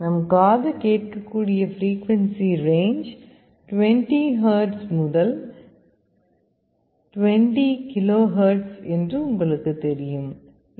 நம் காது கேட்கக்கூடிய பிரீக்குவன்ஸி ரேஞ்ச் 20 ஹெர்ட்ஸ் முதல் 20 கிலோஹெர்ட்ஸ் என்று உங்களுக்குத் தெரியும்